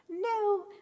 No